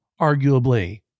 arguably